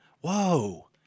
Whoa